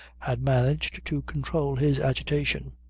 had managed to control his agitation.